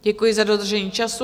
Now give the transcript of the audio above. Děkuji za dodržení času.